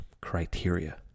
criteria